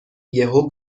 یهو